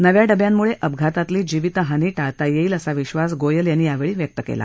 नव्या डब्यांमुळे अपघातातली जीवीत हानी टाळता येईल असा विश्वास गोयल यांनी वर्तवला